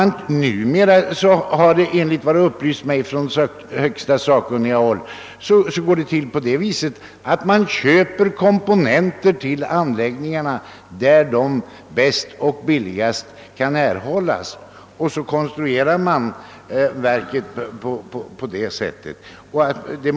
Jo, numera går det till så, enligt vad jag blivit upplyst om från sakkunnigt håll, att man först köper komponenter till anläggningarna där dessa komponenter bäst och billigast kan erhållas och sedan konstruerar man verket på det sättet.